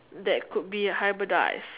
that could be hybridized